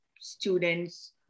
students